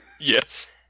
Yes